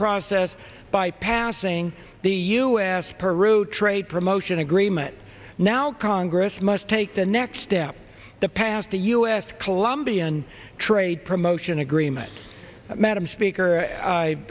process bypassing the u s peruke trade promotion agreement now congress must take the next step the passed a us colombian trade promotion agreement madam speaker